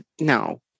No